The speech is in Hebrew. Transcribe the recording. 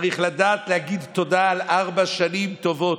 צריך לדעת להגיד תודה על ארבע שנים טובות.